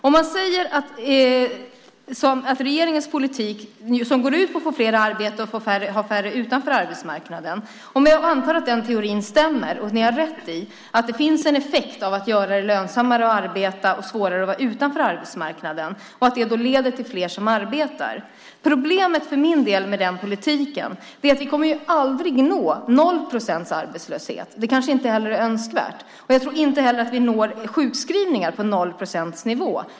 Om man säger att regeringens politik går ut på att få fler i arbete och ha färre utanför arbetsmarknaden och man antar att den teorin stämmer, att ni har rätt i att det finns en effekt av att göra det lönsammare att arbeta och svårare att vara utanför arbetsmarknaden och att det leder till fler som arbetar, så är problemet för min del med den politiken att ni aldrig kommer att nå noll procents arbetslöshet. Det kanske inte heller är önskvärt. Jag tror inte heller att vi når sjukskrivningar på noll procents nivå.